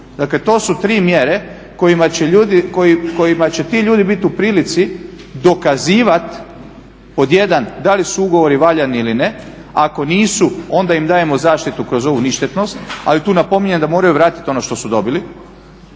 Dakle to su tri mjere kojima će ti ljudi bit u prilici dokazivat pod 1 da li su ugovori valjani ili ne, ako nisu onda im dajemo zaštitu kroz ovu ništetnost. Ali tu napominjem da moraju vratit ono što su dobili